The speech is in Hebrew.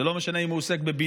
זה לא משנה אם הוא עוסק בבינוי,